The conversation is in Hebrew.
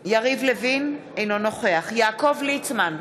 אינו נוכח יעקב ליצמן,